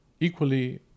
equally